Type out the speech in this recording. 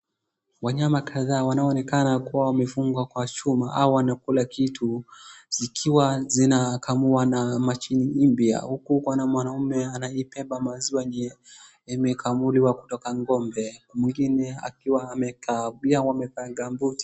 Wanyama kadhaa wanaonekana kuwa wamefungwa kwa chuma au wanakula kitu zikiwa zinakamua na mshine mpya. Huku kuna mwanaume anabeba maziwa yenye imekamuliwa kutoka ng'ombe mwingine akiwa amekaa pia wamevaa gambuti .